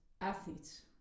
athletes